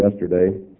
yesterday